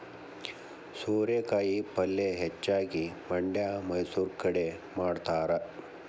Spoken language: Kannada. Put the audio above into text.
ಸೋರೆಕಾಯಿ ಪಲ್ಯೆ ಹೆಚ್ಚಾಗಿ ಮಂಡ್ಯಾ ಮೈಸೂರು ಕಡೆ ಮಾಡತಾರ